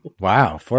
Wow